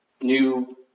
new